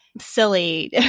silly